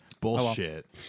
Bullshit